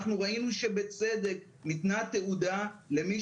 אנחנו ראינו שבצדק ניתנה תעודה למי